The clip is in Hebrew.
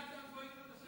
מכינה קדם-צבאית הקמנו שם.